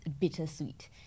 bittersweet